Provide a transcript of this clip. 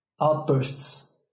outbursts